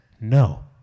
no